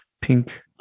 pink